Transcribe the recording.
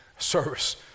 Service